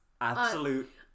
Absolute